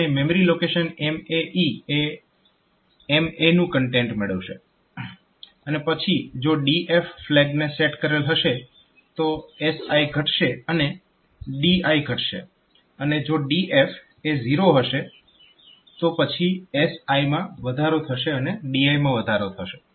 અને memory location MAE એ MA નું કન્ટેન્ટ મેળવશે અને પછી જો DF ફ્લેગને સેટ કરેલ હશે તો SI ઘટશે અને DI ઘટશે અને જો DF એ 0 હશે તો પછી SI માં વધારો થશે અને DI માં વધારો થશે